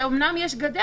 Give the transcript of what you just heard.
שאומנם יש גדר,